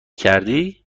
کردی